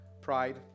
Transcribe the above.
pride